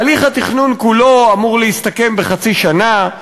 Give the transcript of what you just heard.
הליך התכנון כולו אמור להסתכם בחצי שנה.